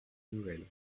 nouvelles